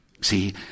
See